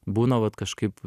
būna vat kažkaip